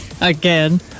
Again